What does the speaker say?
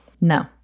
No